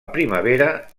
primavera